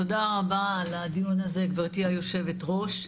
תודה רבה על הדיון הזה גברתי יושבת הראש.